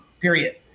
period